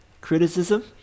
criticism